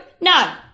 no